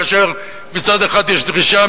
כאשר מצד אחד יש דרישה,